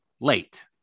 late